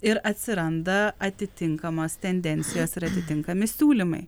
ir atsiranda atitinkamos tendencijos ir atitinkami siūlymai